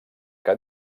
que